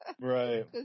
Right